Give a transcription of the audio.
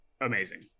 amazing